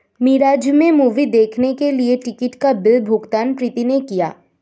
मिराज में मूवी देखने के लिए टिकट का बिल भुगतान प्रीति ने किया